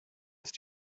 ist